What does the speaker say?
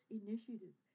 initiative